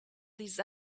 these